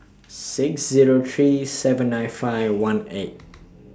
six Zero three seven nine five one eight